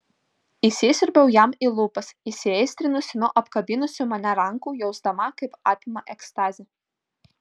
įsisiurbiau jam į lūpas įsiaistrinusi nuo apkabinusių mane rankų jausdama kaip apima ekstazė